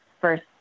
first